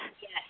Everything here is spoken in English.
Yes